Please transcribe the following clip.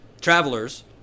travelers—